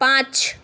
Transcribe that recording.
পাঁচ